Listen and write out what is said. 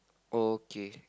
okay